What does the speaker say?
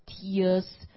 tears